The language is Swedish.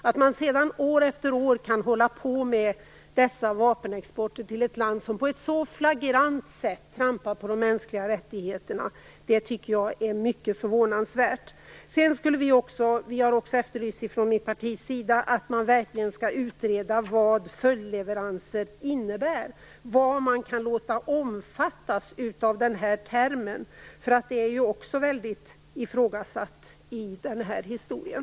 Att man sedan år efter år kan hålla på med vapenexportleveranser till ett land som så flagrant trampar på de mänskliga rättigheterna tycker jag är högst förvånansvärt. Från mitt partis sida har vi också efterlyst en utredning av vad "följdleveranser" innebär, vad man kan låta omfattas av den termen. Det är ju också i hög grad ifrågasatt i den här historien.